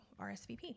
RSVP